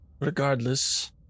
Regardless